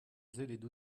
sellet